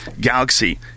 Galaxy